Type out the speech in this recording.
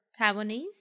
Taiwanese